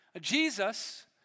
Jesus